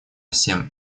всем